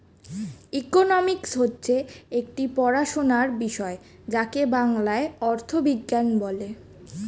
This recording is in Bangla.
ইকোনমিক্স হচ্ছে একটি পড়াশোনার বিষয় যাকে বাংলায় অর্থবিজ্ঞান বলে